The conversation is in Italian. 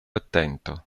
attento